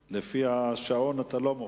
לפי השעון אתה לא מופיע,